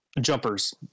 Jumpers